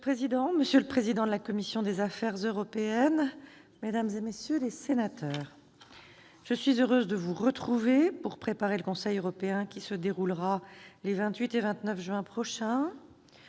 Monsieur le président, monsieur le président de la commission des affaires européennes, mesdames, messieurs les sénateurs, je suis heureuse de vous retrouver pour préparer le Conseil européen qui se déroulera les 28 et 29 juin prochains.